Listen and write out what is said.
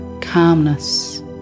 calmness